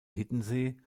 hiddensee